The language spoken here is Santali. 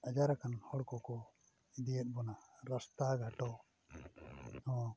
ᱟᱡᱟᱨ ᱟᱠᱟᱱ ᱦᱚᱲ ᱠᱚᱠᱚ ᱤᱫᱤᱭᱮᱫ ᱵᱚᱱᱟ ᱨᱟᱥᱛᱟ ᱜᱷᱟᱴ ᱦᱚᱸ